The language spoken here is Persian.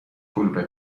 کلوب